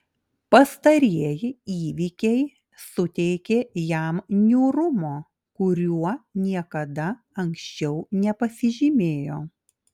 pastarieji įvykiai suteikė jam niūrumo kuriuo niekada anksčiau nepasižymėjo